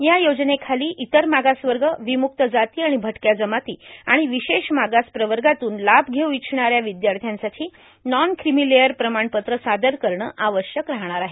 या योजनेखाली इतर मागास वर्ग विम्रक्त जाती आणि भटक्या जमाती आणि विशेष मागास प्रवर्गातून लाभ घेऊ इच्छिणाऱ्या विद्यार्थ्यासाठी नॉन क्रिमिलेअर प्रमाणपत्र सादर करणे आवश्यक राहणार आहे